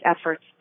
efforts